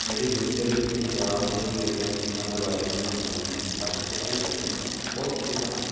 ਮੇਰੇ ਖੇਤਰ ਵਿੱਚ ਪੰਜਾਬ ਦੇ ਖੇਤਰ ਦੀਆਂ ਰਵਾਇਤੀ ਬੁਣਾਈ ਅਤੇ ਸਿਲਾਈ ਤਕਨੀਕਾਂ ਬਹੁਤ ਪ੍ਰਸਿੱਧ ਹਨ